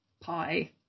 pie